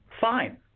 fine